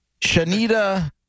Shanita